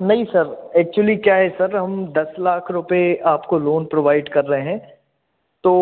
नहीं sir actually क्या है सर हम दस लाख रुपए आपको लोन प्रोवाइड कर रहे हैं तो